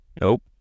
Nope